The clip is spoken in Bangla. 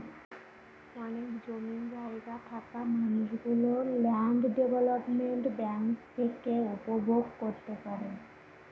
অনেক জমি জায়গা থাকা মানুষ গুলো ল্যান্ড ডেভেলপমেন্ট ব্যাঙ্ক থেকে উপভোগ করতে পারে